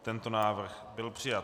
Tento návrh byl přijat.